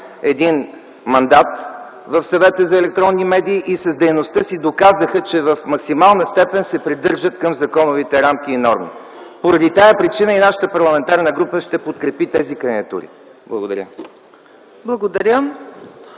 един мандат в Съвета за електронни медии и с дейността си доказаха, че в максимална степен се придържат към законовите рамки и норми. Поради тази причина и нашата парламентарна група ще подкрепи тези кандидатури. Благодаря.